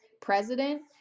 president